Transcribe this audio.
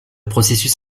processus